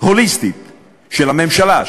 הוליסטית של הממשלה,